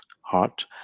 heart